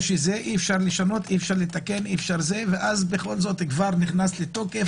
או שאי-אפשר לשנות ואז בכל זאת נכנס לתוקף.